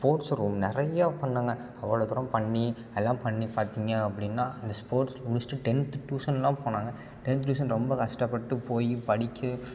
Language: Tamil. ஸ்போட்ஸு ரொ நிறைய பண்ணேங்க அவ்வளோ தூரம் பண்ணி எல்லாம் பண்ணி பார்த்தீங்க அப்படின்னா இந்த ஸ்போட்ஸ் முடித்துட்டு டென்த்து டியூஷன்லாம் போனேங்க டென்த்து டியூஷன் ரொம்ப கஷ்டப்பட்டு போய் படிக்க